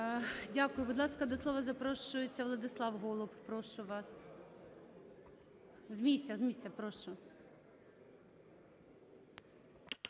Дякую. Будь ласка, до слова запрошується Владислав Голуб. Прошу вас. З місця, з місця, прошу.